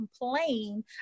complain